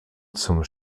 zum